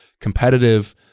competitive